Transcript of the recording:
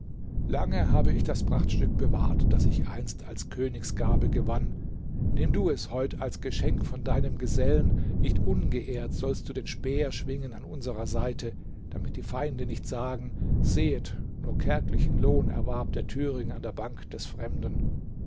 lange habe ich das prachtstück bewahrt das ich einst als königsgabe gewann nimm du es heut als geschenk von deinem gesellen nicht ungeehrt sollst du den speer schwingen an unserer seite damit die feinde nicht sagen sehet nur kärglichen lohn erwarb der thüring an der bank des fremden